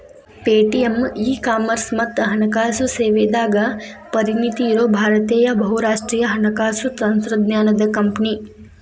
Paytm e commerce ಮತ್ತ ಹಣಕಾಸು ಸೇವೆದಾಗ ಪರಿಣತಿ ಇರೋ ಭಾರತೇಯ ಬಹುರಾಷ್ಟ್ರೇಯ ಹಣಕಾಸು ತಂತ್ರಜ್ಞಾನದ್ ಕಂಪನಿ